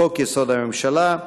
לחוק-יסוד: הממשלה,